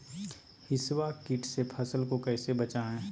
हिसबा किट से फसल को कैसे बचाए?